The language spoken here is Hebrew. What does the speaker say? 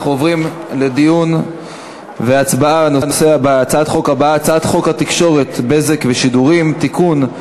אנחנו עוברים לדיון והצבעה בהצעת חוק התקשורת (בזק ושידורים) (תיקון,